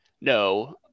No